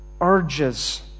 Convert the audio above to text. urges